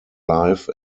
life